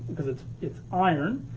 cause it's it's iron,